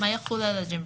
מה יחול על הג'ימוברי?